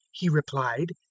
he replied,